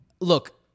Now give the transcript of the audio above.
look